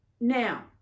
Now